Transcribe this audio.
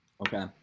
okay